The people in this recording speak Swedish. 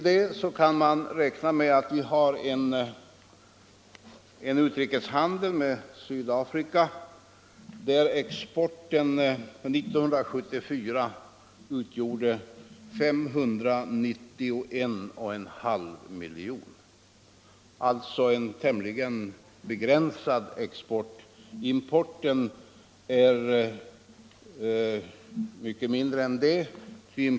Därtill kommer vår utrikeshandel med Sydafrika, där exporten 1974 uppgick till 591,5 miljoner, alltså en tämligen begränsad export. Importen är mycket mindre än så.